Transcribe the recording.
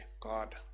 God